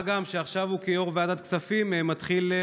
מה גם שעכשיו הוא כיו"ר ועדת כספים מתחיל,